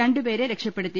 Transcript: രണ്ടു പേരെ രക്ഷപ്പെടുത്തി